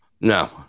No